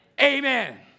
Amen